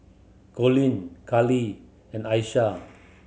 Colleen Kali and Asha